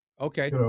Okay